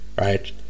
right